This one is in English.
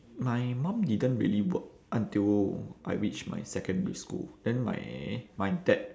my mum didn't really work until I reached my secondary school then my my dad